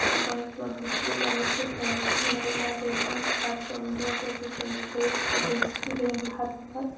تہٕ باقی گوٚو نہٕ ہُہ کیٚنہہ زَنہٕ ؤسِتھ پیوٚو نہٕ کِہیٖنۍ مطلب مےٚ گٔے پانسٕے پَتہٕ چیوم دۄد وۄد بیٚیہِ چیوٚم ترٛیش تہٕ گٔیَس گٔیَم فرق پَتہٕ